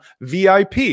VIP